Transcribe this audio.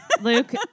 Luke